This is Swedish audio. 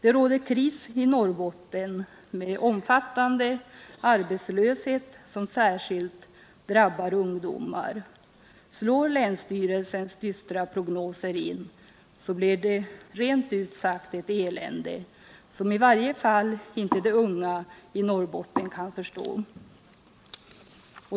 Det råder kris i Norrbotten med omfattande arbetslöshet, som särskilt drabbar ungdomar. Slår länsstyrelsens dystra prognoser in, blir det rent ut sagt ett elände, som i varje fall de unga i Norrbotten inte kan förstå.